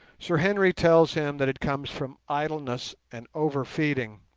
sir henry tells him that it comes from idleness and over-feeding,